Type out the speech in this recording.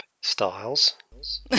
styles